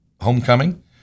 homecoming